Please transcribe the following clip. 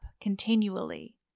continually